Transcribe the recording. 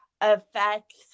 affects